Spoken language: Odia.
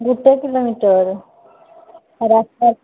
ଗୋଟେ କିଲୋମିଟର ରାସ୍ତାରେ